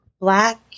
Black